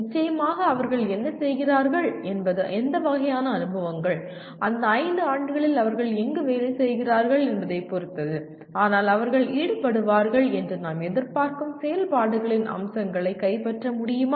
நிச்சயமாக அவர்கள் என்ன செய்கிறார்கள் என்பது எந்த வகையான அனுபவங்கள் அந்த 5 ஆண்டுகளில் அவர்கள் எங்கு வேலை செய்கிறார்கள் என்பதைப் பொறுத்தது ஆனால் அவர்கள் ஈடுபடுவார்கள் என்று நாம் எதிர்பார்க்கும் செயல்பாடுகளின் அம்சங்களை கைப்பற்ற முடியுமா